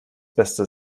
beste